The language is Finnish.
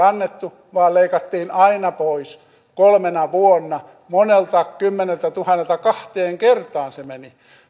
annettu vaan leikattiin aina pois kolmena vuonna moneltakymmeneltätuhannelta kahteen kertaan se meni